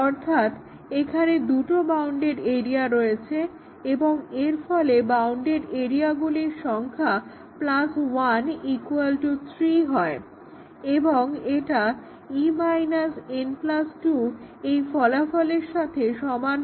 অর্থাৎ এখানে দুটো বাউন্ডেড এরিয়া রয়েছে এবং এরফলে বাউন্ডেড এরিয়াগুলির সংখ্যা প্লাস 1 ইকুয়াল টু 3 হয় এবং এটা e n 2 এই ফলাফলের সাথে সমান হয়